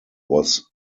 was